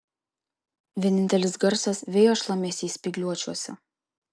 vienintelis garsas vėjo šlamesys spygliuočiuose